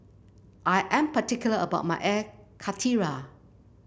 I am particular about my Air Karthira